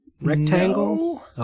rectangle